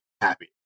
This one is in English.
happy